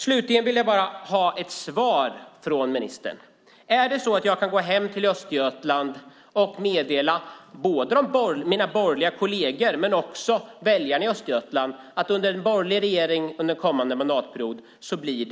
Slutligen vill jag bara ett svar från ministern: Är det så att jag kan gå hem till Östergötland och meddela mina borgerliga kolleger och väljarna i Östergötland att det inte blir någon ostlänk under en borgerlig regering under kommande mandatperiod?